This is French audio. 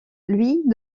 louis